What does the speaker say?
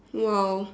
!wow!